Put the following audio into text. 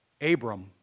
Abram